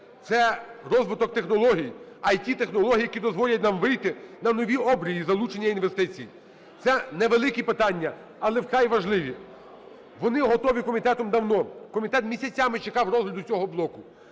це розвиток технологій, ІТ-технологій, які дозволять нам вийти на нові обрії залучення інвестицій. Це невеликі питання, але вкрай важливі. Вони готові комітетом давно. Комітет місяцями чекав розгляду цього блоку.